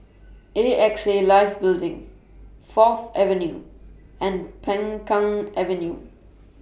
A X A Life Building Fourth Avenue and Peng Kang Avenue